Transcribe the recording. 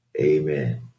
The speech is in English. Amen